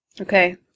Okay